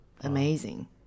Amazing